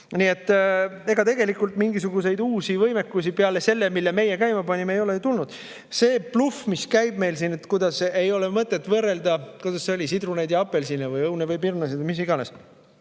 vaja. Aga tegelikult mingisuguseid uusi võimekusi peale selle, mille meie käima panime, ei ole ju tulnud. See bluff, mis meil siin käib, et ei ole mõtet võrrelda, kuidas see oli, sidruneid ja apelsine või õunu ja pirne või mis iganes